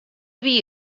wie